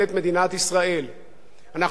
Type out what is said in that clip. אנחנו עומדים בפני החלטות חשובות מאוד,